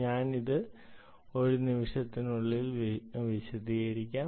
ഞാൻ അത് ഒരു നിമിഷത്തിനുള്ളിൽ വിശദീകരിക്കും